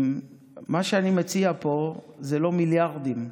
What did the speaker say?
מה שאני מציע פה זה לא מיליארדים.